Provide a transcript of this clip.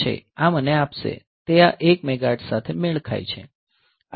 આ મને આપશે તે આ 1 મેગાહર્ટ્ઝ સાથે મેળ ખાય છે